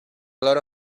lot